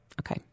Okay